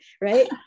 right